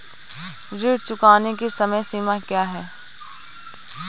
ऋण चुकाने की समय सीमा क्या है?